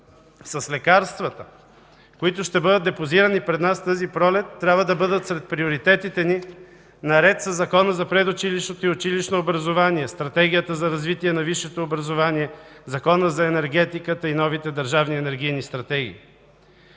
с лекарствата, които ще бъдат депозирани пред нас тази пролет, трябва да бъдат сред приоритетите ни, наред със Закона за предучилищното и училищното образование, Стратегията за развитие на висшето образование, Закона за енергетиката и новите държавни енергийни стратегии.